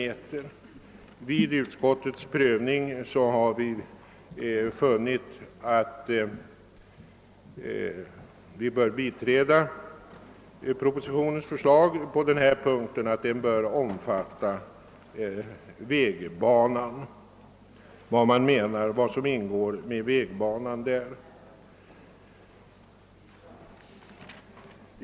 Vi har vid utskottets prövning funnit oss böra biträda propositionens förslag att renhållningen bör omfatta den mark som skall anses höra till vägbanan.